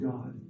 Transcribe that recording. God